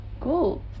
Cool